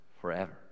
forever